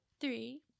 three